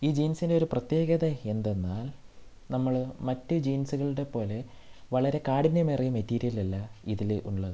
ഈ ജീൻസിൻ്റെ ഒരു പ്രത്യേകത എന്തെന്നാൽ നമ്മൾ മറ്റ് ജീൻസുകളുടെ പോലെ വളരെ കാഠിന്യമേറിയ മെറ്റീരിയൽ അല്ല ഇതിൽ ഉള്ളത്